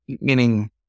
meaning